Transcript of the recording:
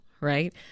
right